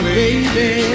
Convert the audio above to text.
baby